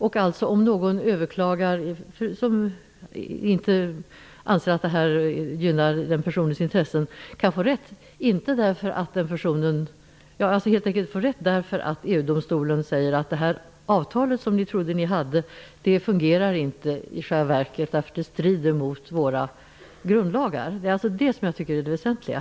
Kan någon som överklagar beslutet på grund av att avtalet inte anses gynna de egna intressena, få rätt därför att EU-domstolen säger: Det avtal som ni trodde hade slutits fungerar i själva verket inte, därför att det strider mot grundlagarna. Det är detta som jag tycker är det väsentliga.